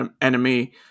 enemy